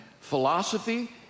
philosophy